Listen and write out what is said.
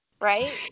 right